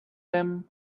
them